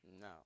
No